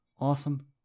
awesome